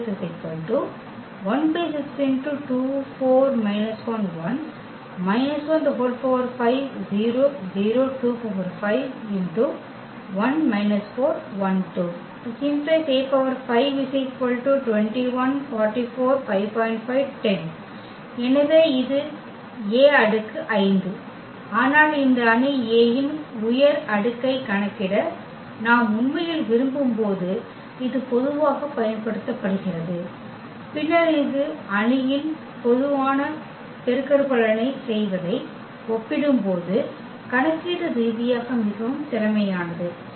எனவே இது A அடுக்கு 5 ஆனால் இந்த அணி A இன் உயர் அடுக்கைக் கணக்கிட நாம் உண்மையில் விரும்பும்போது இது பொதுவாகப் பயன்படுத்தப்படுகிறது பின்னர் இது அணியின் பெருக்கற்பலனைச் செய்வதை ஒப்பிடும்போது கணக்கீட்டு ரீதியாக மிகவும் திறமையானது